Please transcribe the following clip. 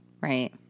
right